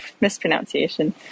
mispronunciation